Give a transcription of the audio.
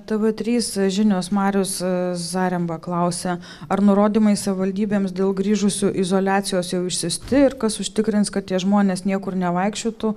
tv trys žinios marius zaremba klausia ar nurodymai savivaldybėms dėl grįžusių izoliacijos jau išsiųsti ir kas užtikrins kad tie žmonės niekur nevaikščiotų